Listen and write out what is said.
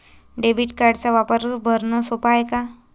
Debit कार्डचा वापर भरनं सोप हाय का?